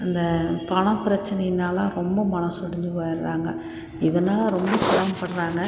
இந்த பணப் பிரச்சனையினால் ரொம்ப மனசு ஒடைஞ்சு போயிர்றாங்க இதனால் ரொம்ப சிரமப்படுறாங்க